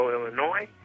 Illinois